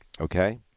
Okay